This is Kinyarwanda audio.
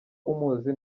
umuzi